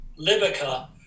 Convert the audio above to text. Libica